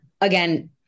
Again